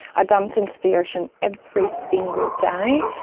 are dumped into the ocean every single day.